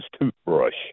toothbrush